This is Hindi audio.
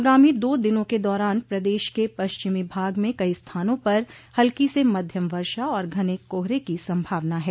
आगामी दो दिनों के दौरान प्रदेश के पश्चिमी भाग में कई स्थानों पर हल्की से मध्यम वर्षा और घन कोहर की संभावना है